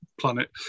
planet